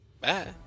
Bye